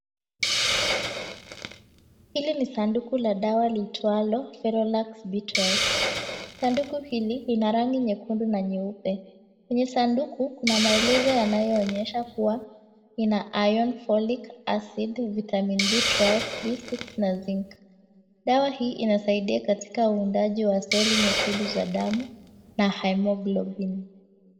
Hili ni sanduku la dawa liitwalo, "Ferolax B12". Sanduku hili lina rangi nyekundu na nyeupe. Kwenye sanduku kuna maelezo yanayoonyesha kuwa ina "Iron, Folic Acid, Vitamin B12, B6 na Zinc". Dawa hii inasaidia katika uundaji wa cell nyekundu za damu na haemoglobin .